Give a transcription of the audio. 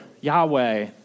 Yahweh